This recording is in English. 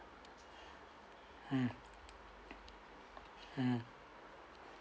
um um